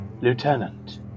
Lieutenant